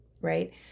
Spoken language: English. right